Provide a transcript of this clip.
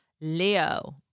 Leo